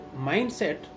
mindset